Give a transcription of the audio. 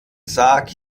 sarg